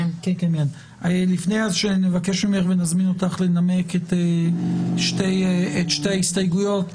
לפני שנזמין אותך לנמק את שתי ההסתייגויות,